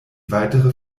weitere